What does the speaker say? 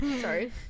Sorry